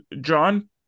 John